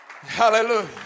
Hallelujah